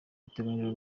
biteganyijwe